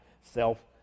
self